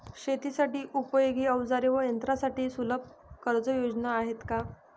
शेतीसाठी उपयोगी औजारे व यंत्रासाठी सुलभ कर्जयोजना आहेत का?